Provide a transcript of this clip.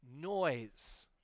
noise